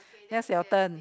it's your turn